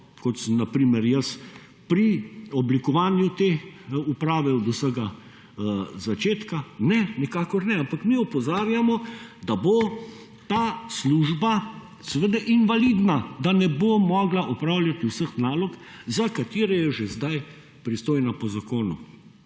sem na primer jaz pri oblikovanju te uprave od vsega začetka ne, nikakor ne, ampak mi opozarjamo, da bo ta služba invalidna, da ne bo mogla opravljati vseh nalog, za katere je že sedaj pristojna po zakonu.